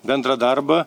bendrą darbą